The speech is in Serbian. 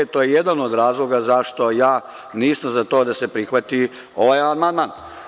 To je jedan od razloga zašto ja nisam za to da se prihvati ovaj amandman.